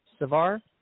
Savar